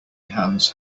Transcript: hands